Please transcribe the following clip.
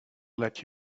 let